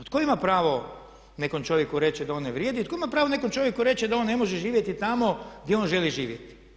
Tko ima pravo nekom čovjeku reći da on ne vrijedi i tko ima pravo nekom čovjeku reći da on ne može živjeti tamo gdje on želi živjeti?